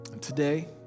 today